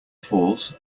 falls